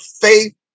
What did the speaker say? faith